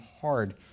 hard